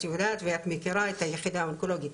יודעת ואת מכירה את היחידה האונקולוגית,